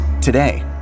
Today